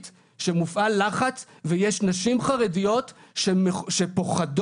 שמופעל לחץ ויש נשים חרדיות שפוחדות,